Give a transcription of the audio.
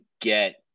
get